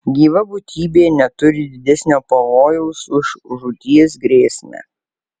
gyva būtybė neturi didesnio pavojaus už žūties grėsmę